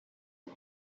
and